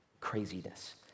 craziness